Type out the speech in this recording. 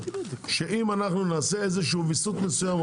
שאם אנחנו נעשה איזשהו וויסות מסוים,